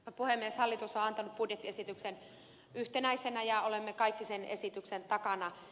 hallitus on antanut budjettiesityksen yhtenäisenä ja olemme kaikki sen esityksen takana